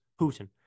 Putin